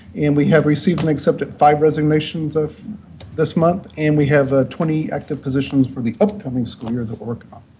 and we have received and accepted five resignations of this month, and we have ah twenty active positions for the upcoming school year that we're working on.